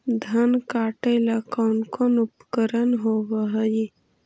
धान काटेला कौन कौन उपकरण होव हइ?